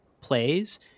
plays